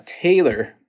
Taylor